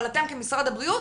אבל אתם כמשרד הבריאות,